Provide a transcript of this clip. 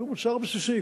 שהוא מוצר בסיסי,